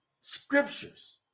scriptures